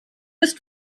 ist